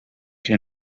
que